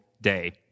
day